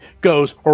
Goes